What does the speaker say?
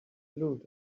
glued